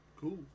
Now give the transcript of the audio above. cool